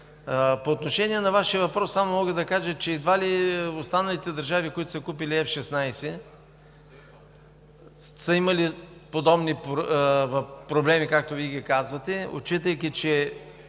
По отношение на Вашия въпрос само мога да кажа, че едва ли останалите държави, които са купили F-16, са имали подобни проблеми, както Вие ги казвате, отчитайки, че